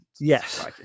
Yes